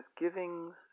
misgivings